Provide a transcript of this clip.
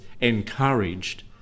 encouraged